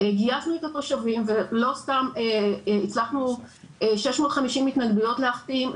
גייסנו את התושבים ולא סתם הצלחנו 650 התנגדויות להחתים,